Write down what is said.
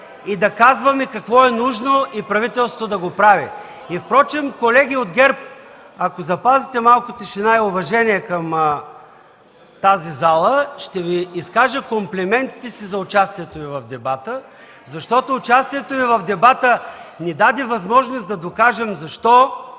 да казваме какво е нужно и правителството да го прави. (Шум и реплики от ГЕРБ.) Впрочем, колеги от ГЕРБ, ако запазите малко тишина и уважение към тази зала, ще Ви изкажа комплиментите си за участието Ви в дебата, защото участието Ви в дебата ни даде възможност да докажем защо